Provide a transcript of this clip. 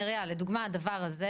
נריה, לדוגמא הדבר הזה